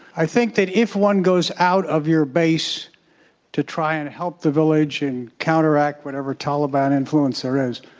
i think that if one goes out of your base to try and help the village and counteract whatever taliban influence there is,